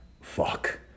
fuck